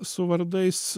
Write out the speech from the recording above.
su vardais